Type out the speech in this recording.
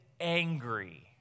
angry